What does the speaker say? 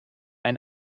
ein